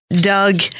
Doug